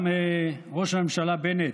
גם ראש הממשלה בנט,